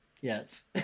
yes